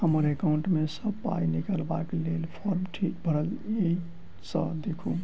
हम्मर एकाउंट मे सऽ पाई निकालबाक लेल फार्म ठीक भरल येई सँ देखू तऽ?